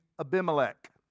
Abimelech